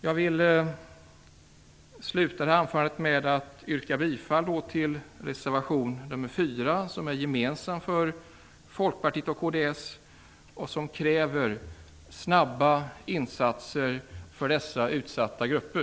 Jag vill avsluta mitt anförande med att yrka bifall till reservation 4, som är gemensam för Folkpartiet och kds, och som kräver snabba insatser för dessa utsatta grupper.